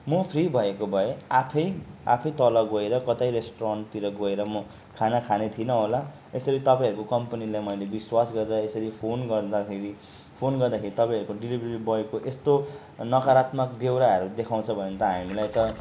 म फ्री भएको भए आफै आफै तल गएर कतै रेस्टुरन्टतिर गएर म खाना खाने थिएँ होला यसरी तपाईँहरूको कम्पनीलाई मैले विश्वास गरेर यसरी फोन गर्दाखेरि फोन गर्दाखेरि तपाईँहरूको डिलिभेरी बोईको यस्तो नकारात्मक बेउराहरू देखाउँछ भने त हामीलाई त